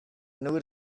knew